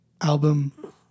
album